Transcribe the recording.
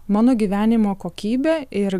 mano gyvenimo kokybė ir